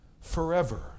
forever